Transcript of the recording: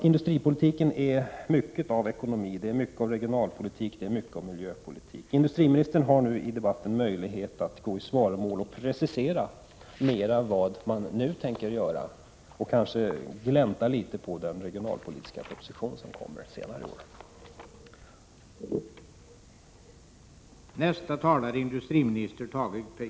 Industripolitiken är mycket av ekonomi, mycket av regionalpolitik och mycket av miljöpolitik. Industriministern har nu i debatten möjlighet att gå i svaromål och precisera mera vad regeringen tänker göra och kanske glänta litet på den regionalpolitiska proposition som kommer senare i år.